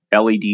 LED